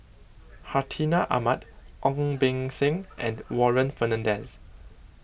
Hartinah Ahmad Ong Beng Seng and Warren Fernandez